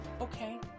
okay